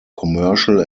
commercial